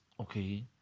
okay